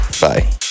bye